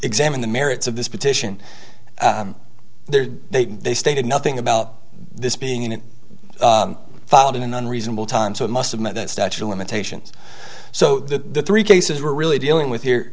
examine the merits of this petition there they they stated nothing about this being in it filed in an unreasonable time so i must admit that statute of limitations so the three cases were really dealing with here